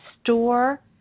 store